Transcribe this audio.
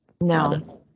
No